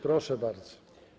Proszę bardzo.